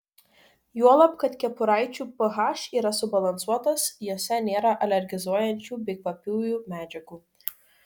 juolab kad kepuraičių ph yra subalansuotas jose nėra alergizuojančių bei kvapiųjų medžiagų